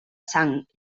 sang